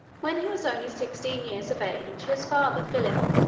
when he was only sixteen years of age, his father, philip,